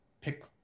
pick